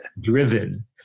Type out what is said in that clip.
driven